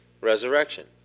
resurrection